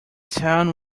town